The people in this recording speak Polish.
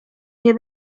nie